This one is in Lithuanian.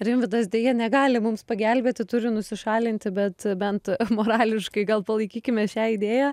rimvydas deja negali mums pagelbėti turi nusišalinti bet bent morališkai gal palaikykime šią idėją